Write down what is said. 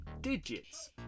digits